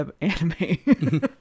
anime